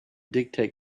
dictate